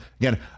Again